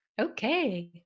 Okay